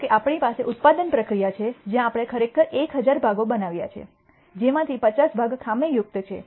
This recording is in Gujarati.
ધારો કે આપણી પાસે ઉત્પાદન પ્રક્રિયા છે જ્યાં આપણે ખરેખર 1000 ભાગો બનાવ્યા છે જેમાંથી 50 ભાગ ખામીયુક્ત છે